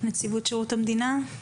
נציבות שירות המדינה?